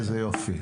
איזה יופי.